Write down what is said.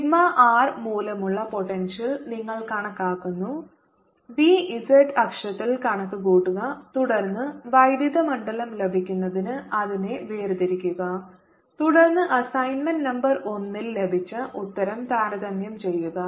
sigma r മൂലമുള്ള potential നിങ്ങൾ കണക്കാക്കുന്നു v z അക്ഷത്തിൽ കണക്കുകൂട്ടുക തുടർന്ന് വൈദ്യുത മണ്ഡലം ലഭിക്കുന്നതിന് അതിനെ വേർതിരിക്കുക തുടർന്ന് അസൈൻമെന്റ് നമ്പർ 1 ൽ ലഭിച്ച ഉത്തരം താരതമ്യം ചെയ്യുക